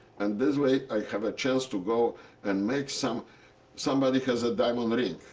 and this way i have a chance to go and make some somebody has a diamond ring.